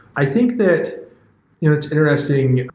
i think that it's interesting,